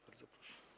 Bardzo proszę.